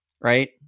right